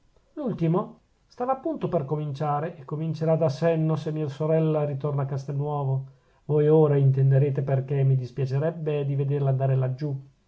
l'ultimo stava appunto per cominciare e comincierà da senno se mia sorella ritorna a castelnuovo voi ora intenderete perchè mi dispiacerebbe di vederla andare laggiù